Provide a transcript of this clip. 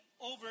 over